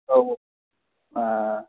औ